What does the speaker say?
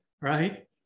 Right